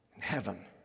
Heaven